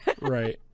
right